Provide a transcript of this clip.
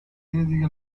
dedica